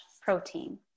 protein